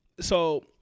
so-